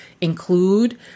include